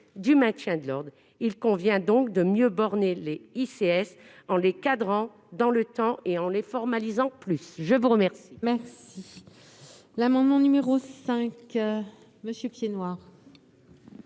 du maintien de l'ordre. Il convient donc de mieux borner les ICS, en les limitant dans le temps et en les formalisant davantage.